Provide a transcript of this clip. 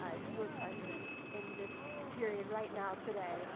if you were president in this period right now today.